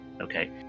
okay